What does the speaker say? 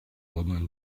woman